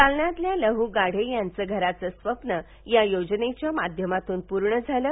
जालन्यातल्या लह् गाढे यांच्या घराचे स्वप्न या योजनेच्या माध्यमातून पूर्ण झाल आहे